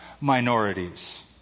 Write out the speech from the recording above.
minorities